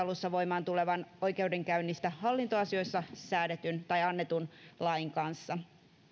alussa voimaan tulevan oikeudenkäynnistä hallintoasioissa annetun lain kanssa